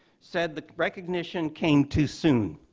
said that recognition came too soon.